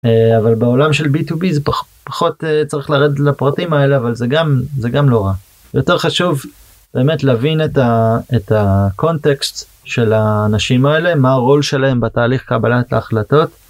אבל בעולם של בי טו בי זה פחות צריך לרדת לפרטים האלה אבל זה גם זה גם לא רע יותר חשוב באמת להבין את הקונטקסט של האנשים האלה מה הרול שלהם בתהליך קבלת ההחלטות.